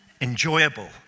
enjoyable